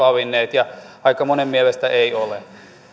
valinneet ja aika monen mielestä ei ole